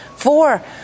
Four